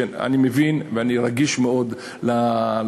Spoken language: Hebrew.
אני מבין ואני רגיש מאוד ליישובים